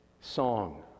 song